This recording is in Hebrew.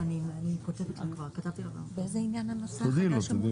עוד משהו?